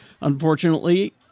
Unfortunately